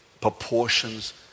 proportions